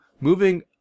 moving